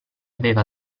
aveva